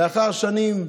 לאחר שנים,